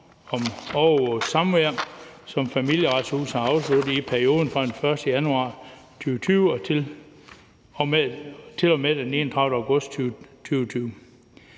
om overvåget samvær, som Familieretshuset har afsluttet i perioden fra den 1. januar 2020 og til og med den 31. august 2020.